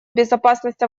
безопасность